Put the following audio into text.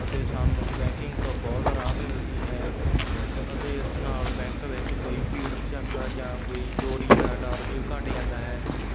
ਅਤੇ ਸਾਨੂੰ ਬੈਂਕਿੰਗ ਤੋਂ ਬਹੁਤ ਰਾਹਤ ਮਿਲਦੀ ਹੈ ਅਤੇ ਇਸ ਨਾਲ ਬੈਂਕ ਵਿੱਚ ਕੋਈ ਭੀੜ ਭੁਜਾਕਾ ਜਾਂ ਕੋਈ ਚੋਰੀ ਦਾ ਡਰ ਵੀ ਘੱਟ ਜਾਂਦਾ ਹੈ